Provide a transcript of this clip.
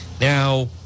Now